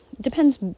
Depends